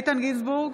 איתן גינזבורג,